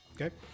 Okay